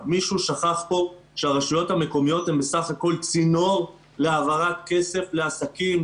מישהו שכח פה שהרשויות המקומיות הן בסך הכול בצינור להעברת כסף לעסקים,